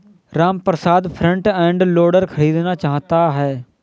Ramprasad front end loader खरीदना चाहता है